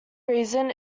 reason